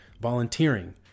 volunteering